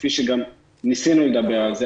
כפי שגם ניסינו לדבר על זה.